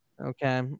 Okay